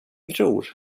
bror